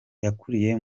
yakuriye